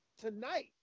tonight